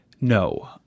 No